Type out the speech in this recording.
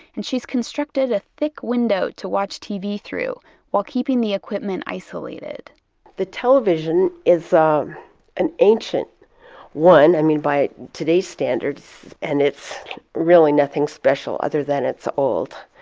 and she's constructed a thick window to watch tv through while keeping the equipment isolated the television is um an ancient one, i mean, by today's standards. and it's really nothing special other than it's old.